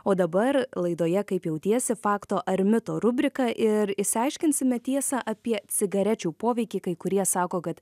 o dabar laidoje kaip jautiesi fakto ar mito rubrika ir išsiaiškinsime tiesą apie cigarečių poveikį kai kurie sako kad